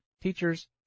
teachers